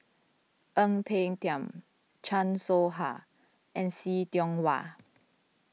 Ang Peng Tiam Chan Soh Ha and See Tiong Wah